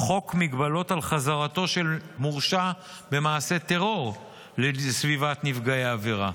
חוק מגבלות על חזרתו של מורשע במעשה טרור לסביבת נפגעי העבירה,